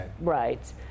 Right